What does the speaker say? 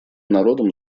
народам